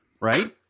Right